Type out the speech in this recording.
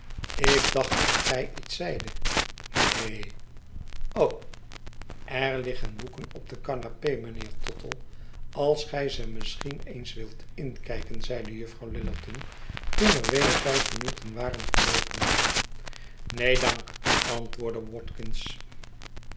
ik dacht dat gij iets zeidet neen er liggen boeken op de canape mijnheer tottle als gij ze misschien eens wilt inkijken zeide juffrouw lillerton toen er weder vijf minuten waren verloopen neen dank antwoordde